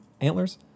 antlers